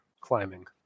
climbing